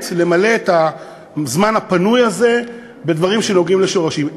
למלא את הזמן הפנוי הזה בדברים שנוגעים בשורשים.